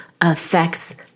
affects